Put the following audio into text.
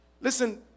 Listen